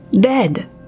dead